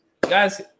guys